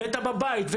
בבית.